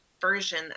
version